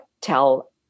tell